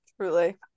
truly